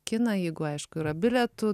kiną jeigu aišku yra bilietų